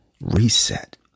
reset